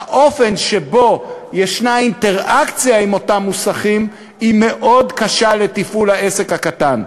האופן שבו יש אינטראקציה עם אותם מוסכים מאוד קשה לתפעול העסק הקטן.